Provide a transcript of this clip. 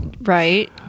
Right